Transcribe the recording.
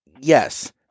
yes